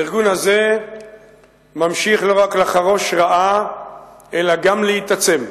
הארגון הזה ממשיך לא רק לחרוש רעה אלא גם להתעצם,